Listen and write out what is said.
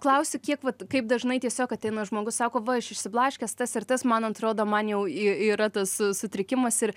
klausiu kiek vat kaip dažnai tiesiog ateina žmogus sako va aš išsiblaškęs tas ir tas man atrodo man jau i yra tas sutrikimas ir